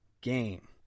game